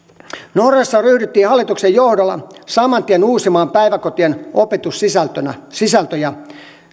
norjassa ryhdyttiin hallituksen johdolla saman tien uusimaan päiväkotien opetussisältöjä ja